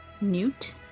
Newt